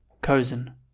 Cozen